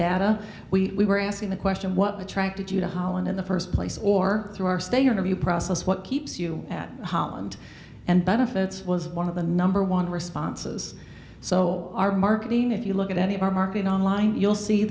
data we were asking the question what attracted you to holland in the first place or through our state interview process what keeps you at holland and benefits was one of the number one responses so our marketing if you look at any of our marketing online you'll see